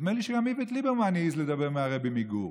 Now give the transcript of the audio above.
נדמה לי שגם איווט ליברמן העז לדבר עם הרעבע מגור.